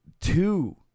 Two